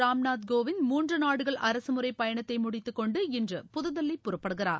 ராம் நாத் கோவிந்த் முன்று நாடுகள் அரசு முறை பயணத்தை முடித்துக்கொண்டு இன்று புதுதில்லி புறப்படுகிறார்